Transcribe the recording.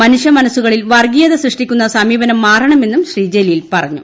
മനുഷ്യമനസുകളിൽ വർഗീയത സൃഷ്ടിക്കുന്ന സമീപനം മാറണമെന്നും ശ്രീ ജലീൽ പറഞ്ഞു